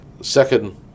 second